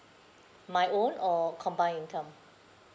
my own or combine income